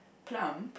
plump